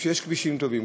כשיש כבישים טובים,